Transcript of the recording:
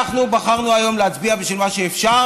אנחנו בחרנו היום להצביע בשביל מה שאפשר,